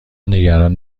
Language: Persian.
نگران